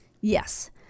Yes